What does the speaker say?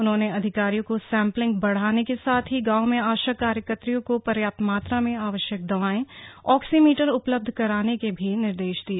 उन्होने अधिकारियों को सेंपलिंग बढ़ाने के साथ ही गांव में आशा कार्यकत्रियों को पर्याप्त मात्रा में आवश्यक दवाएं ऑक्सीमीटर उपलब्ध कराने के भी निर्देश दिए